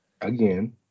Again